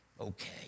okay